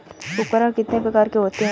उपकरण कितने प्रकार के होते हैं?